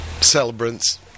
celebrants